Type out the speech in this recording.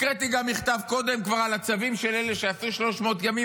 הקראתי גם מכתב כבר קודם על הצווים של אלה שעשו 300 ימים,